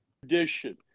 tradition